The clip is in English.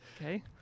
okay